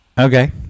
Okay